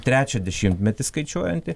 trečią dešimtmetį skaičiuojanti